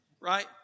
Right